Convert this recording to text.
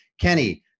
Kenny